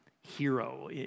hero